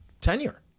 tenure